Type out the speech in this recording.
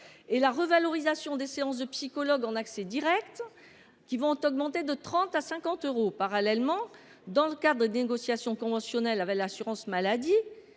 et la revalorisation des séances de psychologues en accès direct, qui passeront de 30 euros à 50 euros. Parallèlement, dans le cadre des négociations conventionnelles avec l’assurance maladie,